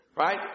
Right